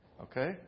Okay